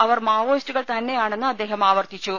അവർ മാവോയിസ്റ്റുകൾ തന്നെയാണെന്ന് അദ്ദേഹം ആവർത്തിച്ചു